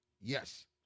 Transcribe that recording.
Yes